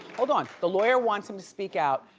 hold on. the lawyer wants them to speak out.